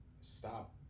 stop